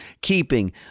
keeping